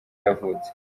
yavutse